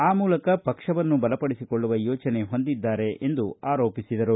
ಆ ಮೂಲಕ ಪಕ್ಷವನ್ನು ಬಲಪಡಿಸಿಕೊಳ್ಳುವ ಯೋಚನೆ ಹೊಂದಿದ್ದಾರೆ ಎಂದು ಆರೋಪಿಸಿದರು